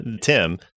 Tim